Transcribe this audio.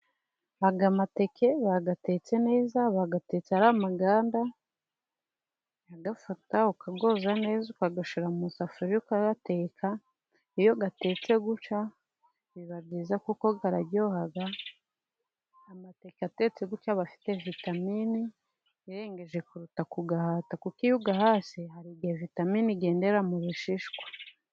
Aya mateke bayatetse neza, bayatetse ari amaganda. Urayafata ukayoza neza, ukayashyira mu isafuriya ukayateka. Iyo atetse gutya biba byiza kuko araryoha, atetse gutya aba afite vitamini irengeje kuruta kuyahata, kuko iyo uyahase hari igihe vitamini igendera mu bishishwa.